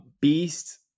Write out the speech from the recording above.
beast